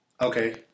Okay